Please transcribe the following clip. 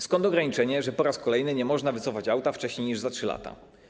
Skąd ograniczenie, że po raz kolejny nie można wycofać auta wcześniej niż po upływie 3 lat?